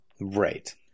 right